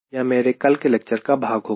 यह मेरे कल के लेक्चर का भाग होगा